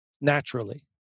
naturally